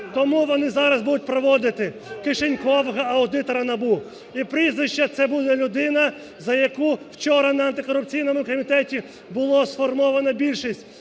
Тому вони зараз будуть проводити кишенькового аудитора НАБУ. І прізвище – це буде людина, за яку вчора на антикорупційному комітеті було сформовано більшість